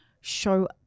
show